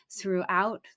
throughout